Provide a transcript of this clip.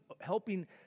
helping